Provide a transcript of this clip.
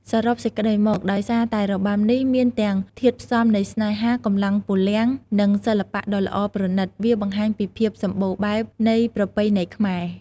សរុបសេចក្តីមក ដោយសារតែរបាំនេះមានទាំងធាតុផ្សំនៃស្នេហា កម្លាំងពលំ និងសិល្បៈដ៏ល្អប្រណិត វាបង្ហាញពីភាពសម្បូរបែបនៃប្រពៃណីខ្មែរ។